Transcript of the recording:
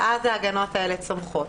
ואז ההגנות האלה צומחות.